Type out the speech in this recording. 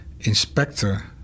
inspector